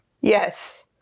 Yes